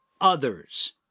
others